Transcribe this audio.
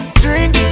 drink